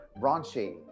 Raunchy